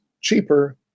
cheaper